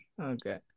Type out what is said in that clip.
Okay